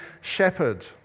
shepherd